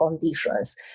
conditions